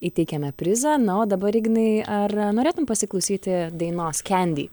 įteikiame prizą na o dabar ignai ar norėtum pasiklausyti dainos kendy